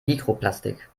mikroplastik